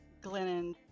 Glennon